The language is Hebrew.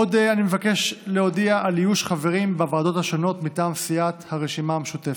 עוד אני מבקש להודיע על איוש חברים בוועדות מטעם סיעת הרשימה המשותפת: